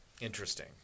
interesting